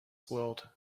world